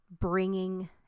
bringing